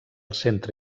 centre